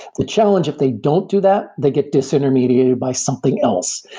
the challenge if they don't do that, they get disintermediated by something else.